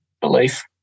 belief